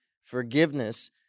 Forgiveness